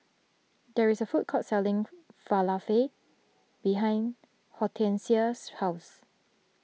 there is a food court selling Falafel behind Hortencia's house